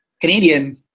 Canadian